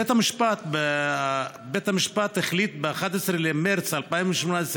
בית המשפט החליט ב-11 במרס 2018,